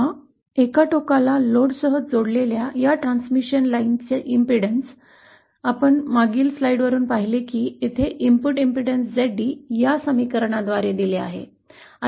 आता एका टोकाला जोडलेल्या लोडसह या ट्रांसमिशन लाईनची प्रतिबाधा आम्ही मागील स्लाइडवरून पाहिले की येथे इनपुट इम्पेडन्स Zd या समीकरणाद्वारे दिले आहे